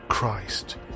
Christ